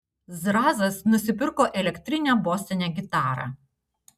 zrazas nusipirko elektrinę bosinę gitarą